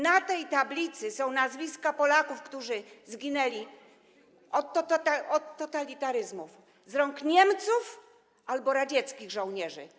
Na tej tablicy są nazwiska Polaków, którzy zginęli z powodu totalitaryzmu: z rąk Niemców albo radzieckich żołnierzy.